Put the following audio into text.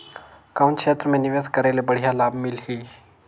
कौन क्षेत्र मे निवेश करे ले बढ़िया लाभ मिलही?